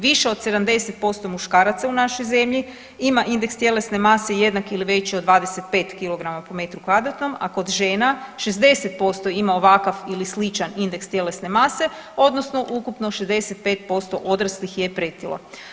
Više od 70% muškaraca u našoj zemlji ima indeks tjelesne mase jednak ili veći od 25 kilograma po metru kvadratnom, a kod žena 60% ima ovakav ili sličan indeks tjelesne mase odnosno ukupno 65% odraslih je pretilo.